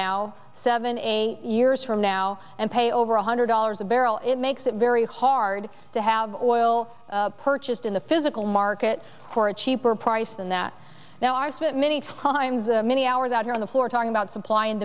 now seven eight years from now and pay over one hundred dollars a barrel it makes it very hard to have oil purchased in the physical markets for a cheaper price than that now are spent many times many hours out here on the floor talking about supply and